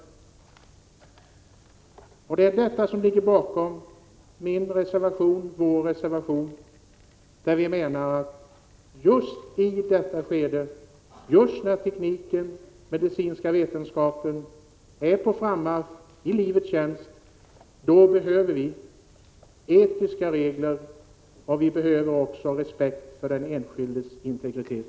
1986/87:117 Det är detta som ligger bakom vår reservation, där vi menar att just i detta 6 maj 1987 skede, just när tekniken och den medicinska vetenskapen är på frammarsch i livets tjänst, då behöver vi etiska regler och också respekt för den enskildes integritet.